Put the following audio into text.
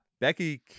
Becky